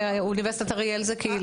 אוניברסיטת אריאל זה קהילה.